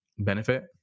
benefit